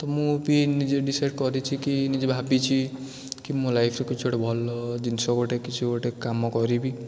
ତ ମୁଁ ବି ନିଜେ ଡିସାଇଡ୍ କରିଛି କି ନିଜେ ଭାବିଛି କି ମୋ ଲାଇଫ୍ରେ କିଛି ଗୋଟେ ଭଲ ଜିନିଷ ଗୋଟେ କିଛି ଗୋଟେ କାମ କରିବି